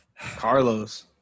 Carlos